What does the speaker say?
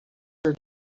her